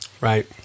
Right